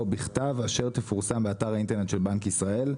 "בכתב אשר תפורסם באתר האינטרנט של בנק ישראל".